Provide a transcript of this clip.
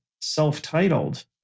self-titled